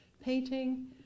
painting